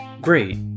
Great